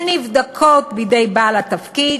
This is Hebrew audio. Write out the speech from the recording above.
שנבדקות בידי בעל התפקיד,